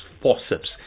forceps